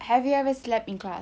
have you ever slept in class